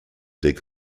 dig